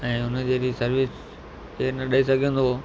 ऐं उन जहिड़ी सर्विस केरु न ॾई सघंदो